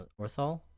Orthol